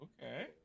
okay